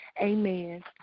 Amen